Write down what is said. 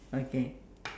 okay